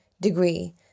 degree